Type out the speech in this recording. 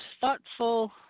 thoughtful